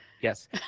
Yes